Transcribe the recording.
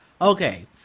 Okay